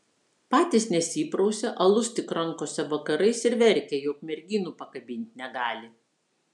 patys nesiprausia alus tik rankose vakarais ir verkia jog merginų pakabint negali